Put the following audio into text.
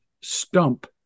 stump